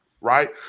Right